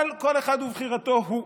אבל כל אחד ובחירתו הוא.